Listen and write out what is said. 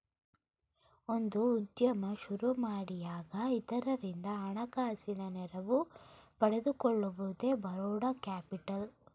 ಒಂದು ಉದ್ಯಮ ಸುರುಮಾಡಿಯಾಗ ಇತರರಿಂದ ಹಣಕಾಸಿನ ನೆರವು ಪಡೆದುಕೊಳ್ಳುವುದೇ ಬರೋಡ ಕ್ಯಾಪಿಟಲ್